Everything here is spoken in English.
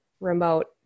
remote